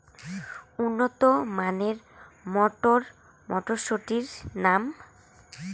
উন্নত মানের মটর মটরশুটির নাম?